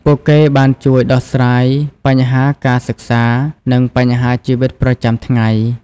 ពួកគេបានជួយដោះស្រាយបញ្ហាការសិក្សា និងបញ្ហាជីវិតប្រចាំថ្ងៃ។